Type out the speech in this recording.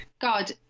God